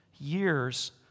years